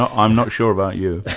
i'm not sure about you!